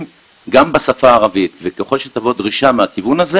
גם בשפה הערבית וככל שתבוא דרישה מהכיוון הזה